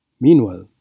Meanwhile